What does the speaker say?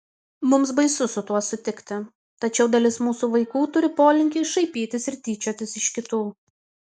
mums baisu su tuo sutikti tačiau dalis mūsų vaikų turi polinkį šaipytis ir tyčiotis iš kitų